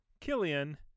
Killian